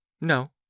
No